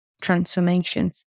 transformation